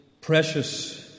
precious